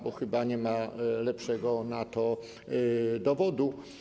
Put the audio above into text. Bo chyba nie ma lepszego na to dowodu.